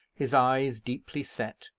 his eyes deeply set,